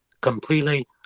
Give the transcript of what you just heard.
completely